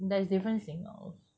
there's different singers